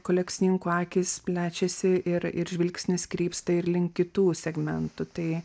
kolekcininkų akys plečiasi ir ir žvilgsnis krypsta ir link kitų segmentų tai